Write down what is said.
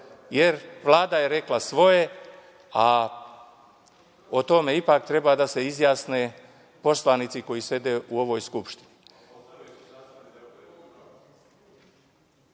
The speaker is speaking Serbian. jer Vlada je rekla svoje, a o tome ipak treba da se izjasne poslanici koji sede u ovoj